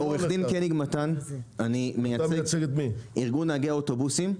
אני עורך-דין ומייצג את ארגון נהגי האוטובוסים.